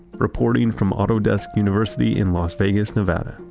reporting from autodesk university in las vegas, nevada.